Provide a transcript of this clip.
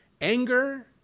anger